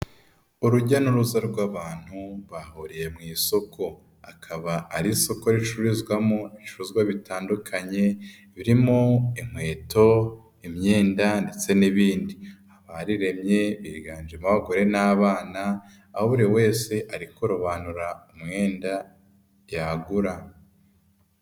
Urujya n'uruza rw'abantu bahuriye mu isoko. Akaba ari isoko ricururizwamo ibicuruzwa bitandukanye birimo: inkweto, imyenda ndetse n'ibindi. Abariremye higanjemo abagore n'abana, aho buri wese ari kurobanura umwenda yagura.